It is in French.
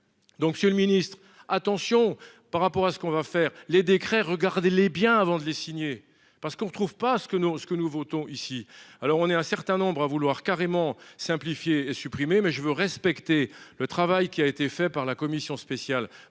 Donc Monsieur le Ministre, attention par rapport à ce qu'on va faire les décrets regardez-les bien avant de les signer, parce qu'on ne trouve pas ce que nous ce que nous votons ici alors on est un certain nombre à vouloir carrément simplifier supprimé mais je veux respecter le travail qui a été fait par la commission spéciale